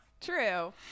True